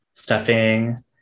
stuffing